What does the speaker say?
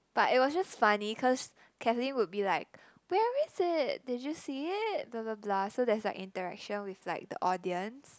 but it was just funny cause Kathleen would be like where is it did you see it blah blah blah so there's like interactions with like the audience